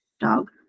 dog